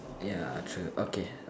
ya true okay